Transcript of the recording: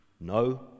No